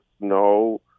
no